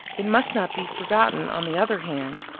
it must not be forgotten, on the other hand,